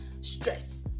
stress